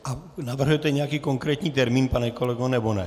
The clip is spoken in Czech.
A navrhnete nějaký konkrétní termín, pane kolego, nebo ne?